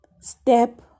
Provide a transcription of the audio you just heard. step